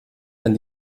wenn